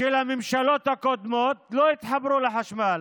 של הממשלות הקודמות לא התחברו לחשמל.